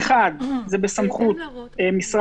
זה בחוק ראשי של הכנסת?